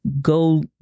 go